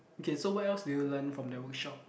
okay so what else did you learn from that workshop